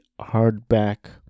hardback